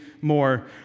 more